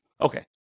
Okay